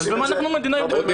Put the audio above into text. עודד,